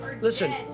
listen